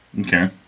Okay